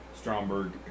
Stromberg